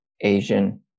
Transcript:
Asian